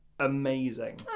Amazing